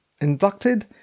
inducted